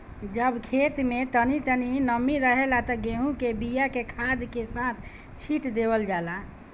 जब खेत में तनी तनी नमी रहेला त गेहू के बिया के खाद के साथ छिट देवल जाला